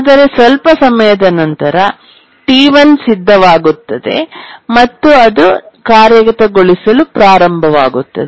ಆದರೆ ಸ್ವಲ್ಪ ಸಮಯದ ನಂತರ T1 ಸಿದ್ಧವಾಗುತ್ತದೆ ಮತ್ತು ಅದು ಕಾರ್ಯಗತಗೊಳಿಸಲು ಪ್ರಾರಂಭವಾಗುತ್ತದೆ